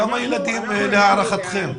כמה ילדים להערכתכם?